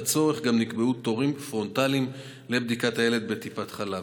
בשעת הצורך נקבעו תורים פרונטליים לבדיקת הילד בטיפת חלב.